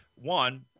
one